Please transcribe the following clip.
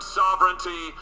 sovereignty